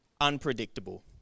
unpredictable